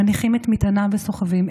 מניחים את מטענם וסוחבים.